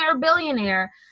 billionaire